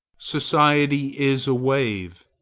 society is a wave.